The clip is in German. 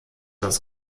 das